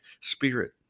spirit